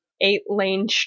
eight-lane